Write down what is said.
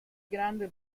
grande